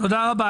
תודה רבה.